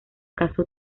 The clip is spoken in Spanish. casó